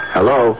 Hello